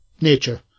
nature